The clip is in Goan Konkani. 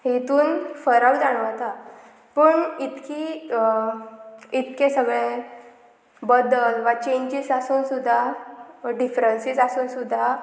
हेतून फरक जाणवता पूण इतकी इतके सगळे बदल वा चेंजीस आसून सुद्दा डिफरंसीस आसून सुद्दां